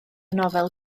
nofel